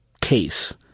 case